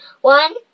One